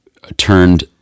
turned